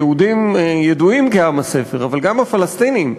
היהודים ידועים כעם הספר, אבל גם הפלסטינים,